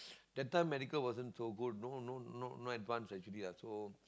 that time medical wasn't so good no no no not advance actually ah so